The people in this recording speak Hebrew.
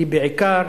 היא בעיקר